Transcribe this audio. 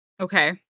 Okay